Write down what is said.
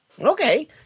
Okay